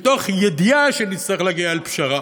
מתוך ידיעה שנצטרך להגיע לפשרה.